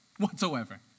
whatsoever